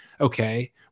Okay